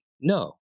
No